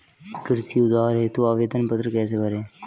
कृषि उधार हेतु आवेदन पत्र कैसे भरें?